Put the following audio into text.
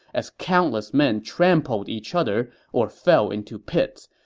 as countless men trampled each other or fell into pits.